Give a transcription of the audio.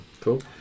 Cool